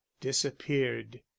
disappeared